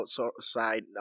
outside